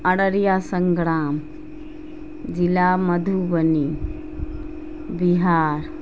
ارریا سنگرام ضلع مدھوبنی بہار